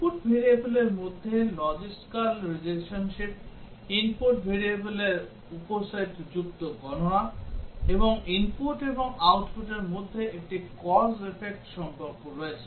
Input variableর মধ্যে logical relationship Input variableর উপসেট যুক্ত গণনা এবং input এবং outputর মধ্যে একটি cause effect সম্পর্ক রয়েছে